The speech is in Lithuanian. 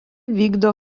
vykdo